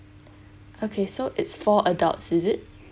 okay so it's four adults is it